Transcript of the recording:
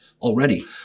already